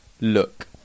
look